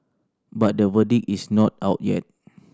but the verdict is not out yet